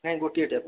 ନାଇଁ ଗୋଟିଏ ଟ୍ୟାପ